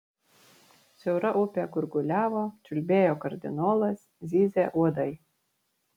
siaura upė gurguliavo čiulbėjo kardinolas zyzė uodai